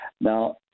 Now